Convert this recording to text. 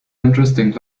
interesting